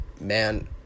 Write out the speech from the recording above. man